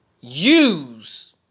Use